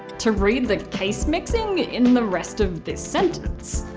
to read the case mixing in the rest of this sentence.